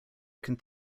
can